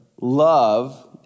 love